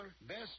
Best